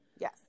Yes